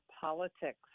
politics